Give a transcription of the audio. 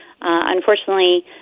unfortunately